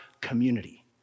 community